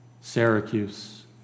Syracuse